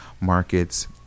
markets